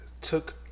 took